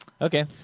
Okay